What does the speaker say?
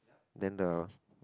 then the